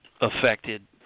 affected